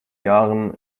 jahren